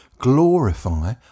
glorify